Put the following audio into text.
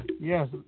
yes